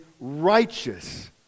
Righteous